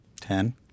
Ten